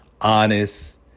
honest